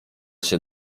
się